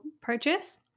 purchase